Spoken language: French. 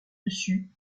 dessus